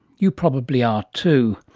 you probably are too.